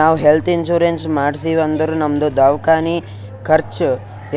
ನಾವ್ health insurance ಮಾಡ್ಸಿವ್ ಅಂದುರ್ ನಮ್ದು ದವ್ಕಾನಿ ಖರ್ಚ್